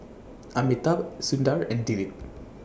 Amitabh Sundar and Dilip